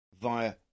via